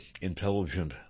intelligent